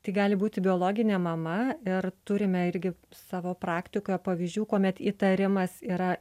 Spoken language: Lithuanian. tai gali būti biologinė mama ir turime irgi savo praktikoje pavyzdžių kuomet įtarimas yra